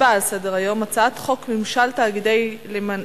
בעד הצביעו שישה, לא היו מתנגדים, לא היו נמנעים.